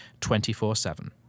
24-7